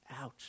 Ouch